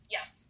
Yes